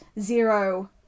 Zero